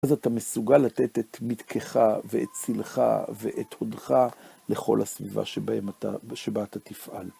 אז אתה מסוגל לתת את מיתקך ואת צילך ואת הודך לכל הסביבה שבה אתה תפעל.